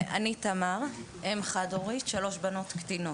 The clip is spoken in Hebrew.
אני אם חד הורית לשלוש בנות קטינות.